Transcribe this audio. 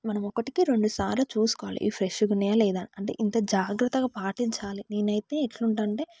మనము ఒకటికి రెండుసార్లు చూసుకోవాలి ఇవి ఫ్రెష్గా ఉన్నాయా లేదా అంటే ఇంత జాగ్రత్తగా పాటించాలి నేనైతే ఎట్లుంటానంటే